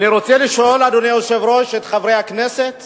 אני רוצה לשאול, אדוני היושב-ראש, את חברי הכנסת